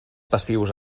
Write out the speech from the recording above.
passius